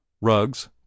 rugs